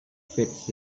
fits